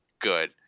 good